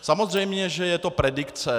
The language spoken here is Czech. Samozřejmě že je to predikce.